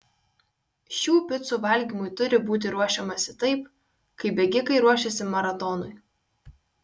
šių picų valgymui turi būti ruošiamasi taip kaip bėgikai ruošiasi maratonui